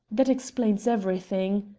that explains everything.